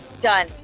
Done